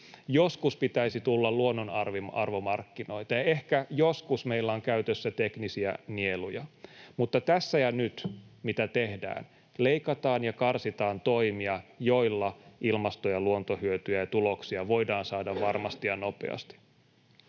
Joskus pitäisi tulla luonnonarvomarkkinoita, ja ehkä joskus meillä on käytössä teknisiä nieluja. Mutta tässä ja nyt — mitä tehdään? Leikataan ja karsitaan toimia, joilla ilmasto- ja luontohyötyjä ja -tuloksia voidaan saada varmasti ja nopeasti.